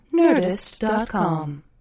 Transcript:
Nerdist.com